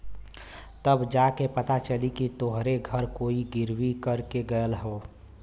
तब जा के पता चली कि तोहरे घर कोई गिर्वी कर के गयल हौ